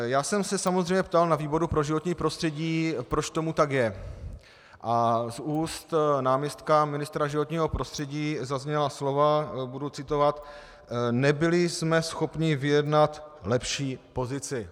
Já jsem se samozřejmě ptal na výboru pro životní prostředí, proč tomu tak je, a z úst náměstka ministra životního prostředí zazněla slova budu citovat: Nebyli jsme schopni vyjednat lepší pozici.